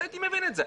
הייתי מבין את זה.